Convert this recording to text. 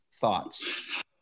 Thoughts